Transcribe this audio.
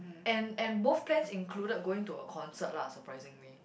and and both plans included going to a concert lah surprisingly